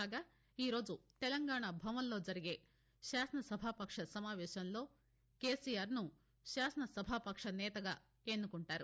కాగా ఈ రోజు తెలంగాణ భవన్లో జరిగే శాసనసభపక్ష సమావేశంలో కేసీఆర్ను శాసనసభపక్ష నేతగా ఎన్నుకుంటారు